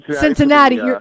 Cincinnati